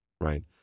Right